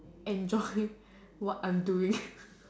enjoy what I'm doing